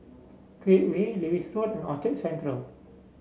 Create Way Lewis Road and Orchard Central